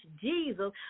Jesus